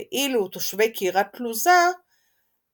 ואילו תושבי קריית לוזה מחזיקים